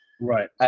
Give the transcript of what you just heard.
Right